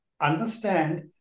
understand